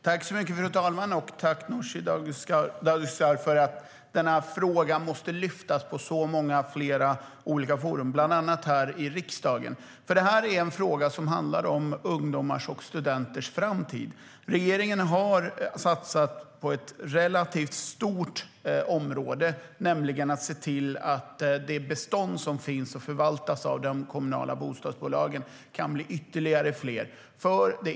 Fru talman! Tack, Nooshi Dadgostar! Den här frågan måste lyftas i så många fler olika forum, bland annat här i riksdagen. Detta är en fråga som handlar om ungdomars och studenters framtid. Regeringen har satsat på ett relativt stort område, nämligen att se till att det bestånd som finns och förvaltas av de kommunala bostadsbolagen kan bli större.